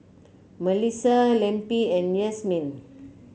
Melisa Lempi and Yasmine